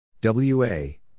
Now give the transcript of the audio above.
W-A